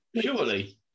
Surely